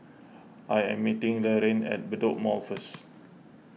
I am meeting Laraine at Bedok Mall first